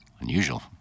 unusual